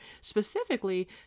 Specifically